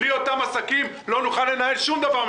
בלי אותם עסקים, לא נוכל לנהל מפה שום דבר.